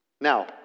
Now